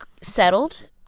settled